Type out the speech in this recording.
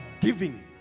giving